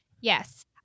Yes